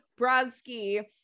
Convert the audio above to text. Brodsky